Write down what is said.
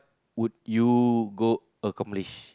would you go accomplish